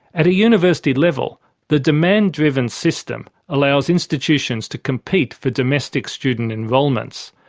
at a university level the demand-driven system allows institutions to compete for domestic student enrolments,